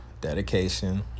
dedication